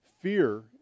fear